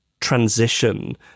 transition